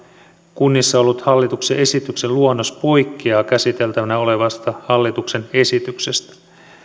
kunnissa ollut hallituksen esityksen luonnos poikkeaa käsiteltävänä olevasta hallituksen esityksestä